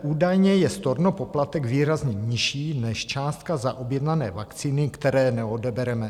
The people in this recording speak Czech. Údajně je stornopoplatek výrazně nižší než částka za objednané vakcíny, které neodebereme.